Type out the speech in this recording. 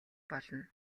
болно